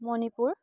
Manipur